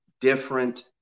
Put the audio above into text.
different